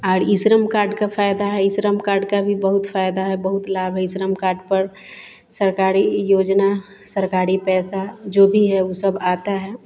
और e Shram card का फायदा है ई श्रम कार्ड का भी बहुत फायदा है बहुत लाभ है ई श्रम कार्ड पर सरकारी योजना सरकारी पैसा जो भी है वह सब आता है